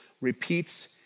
repeats